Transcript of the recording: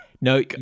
no